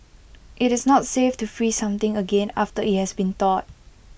IT is not safe to freeze something again after IT has been thawed